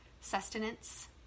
sustenance